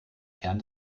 kern